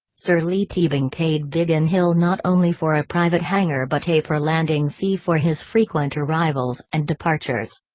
sir leigh teabing paid biggin hill not only for a private hangar but a per landing fee for his frequent arrivals and departures.